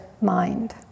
mind